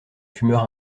fumeur